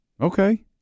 Okay